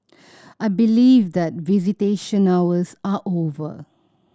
I believe that visitation hours are over